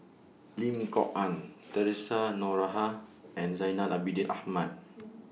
Lim Kok Ann Theresa Noronha and Zainal Abidin Ahmad